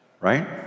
right